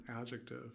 adjective